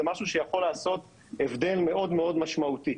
זה משהו שיכול לעשות הבדל מאוד משמעותי.